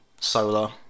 solar